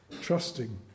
trusting